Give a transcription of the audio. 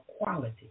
quality